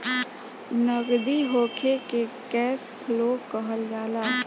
नगदी होखे के कैश फ्लो कहल जाला